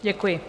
Děkuji.